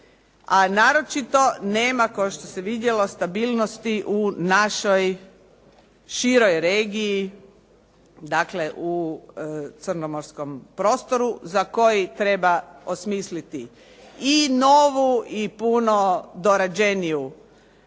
a naročito nema kao što se vidjelo stabilnosti u našoj široj regiji, dakle u crnomorskom prostoru za koji treba osmisliti i novu i puno dorađeniju